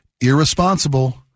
irresponsible